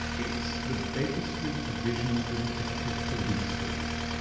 it's the baker street division of the detective police force,